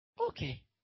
Okay